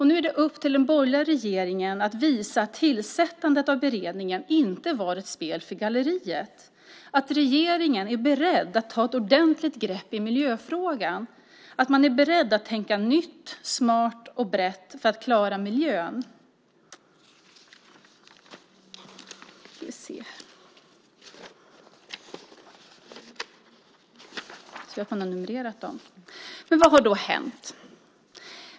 Nu är det upp till den borgerliga regeringen att visa att tillsättandet av beredningen inte var ett spel för galleriet, att den är beredd att ta ett ordentligt grepp i miljöfrågan och att den är beredd att tänka nytt, smart och brett för att klara miljön. Men vad har då hänt?